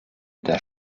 der